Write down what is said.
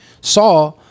Saw